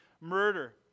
Murder